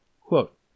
Quote